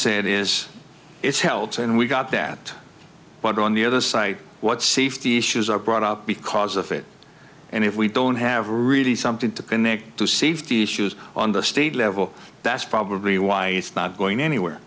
said is it's hell to and we got that but on the other side what safety issues are brought up because of it and if we don't have really something to connect to see fifty shows on the state level that's probably why it's not going anywhere